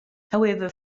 however